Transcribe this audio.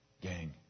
Gang